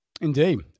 Indeed